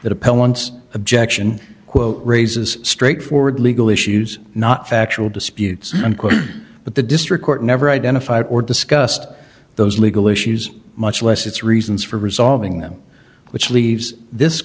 that appellant's objection quote raises straightforward legal issues not factual disputes unquote but the district court never identified or discussed those legal issues much less its reasons for resolving them which leaves this